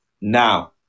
Now